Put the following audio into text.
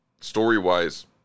story-wise